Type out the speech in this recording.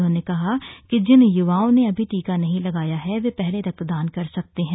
उन्होंने कहा कि जिन युवाओं ने अभी टीका नहीं लगाया वे पहले रक्तदान कर सकते हैं